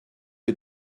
est